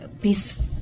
peace